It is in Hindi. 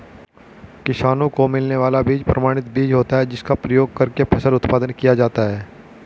किसानों को मिलने वाला बीज प्रमाणित बीज होता है जिसका प्रयोग करके फसल उत्पादन किया जाता है